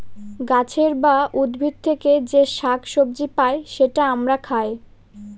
গাছের বা উদ্ভিদ থেকে যে শাক সবজি পাই সেটা আমরা খাই